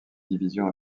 division